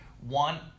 One